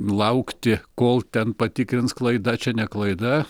laukti kol ten patikrins klaida čia ne klaida